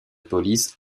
police